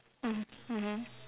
mm mmhmm